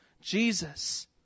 Jesus